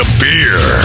beer